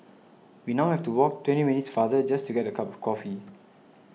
we now have to walk twenty minutes farther just to get a cup of coffee